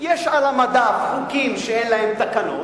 יש על המדף חוקים שאין להם תקנות.